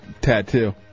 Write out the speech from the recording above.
tattoo